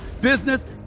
business